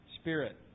Spirit